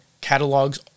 catalogs